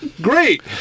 great